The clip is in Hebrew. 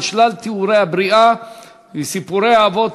על שלל תיאורי הבריאה וסיפורי האבות,